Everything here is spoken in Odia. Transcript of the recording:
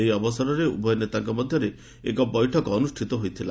ଏହି ଅବସରରେ ଉଭୟ ନେତାଙ୍କ ମଧ୍ୟରେ ଏକ ବୈଠକ ଅନୁଷ୍ଠିତ ହୋଇଥିଲା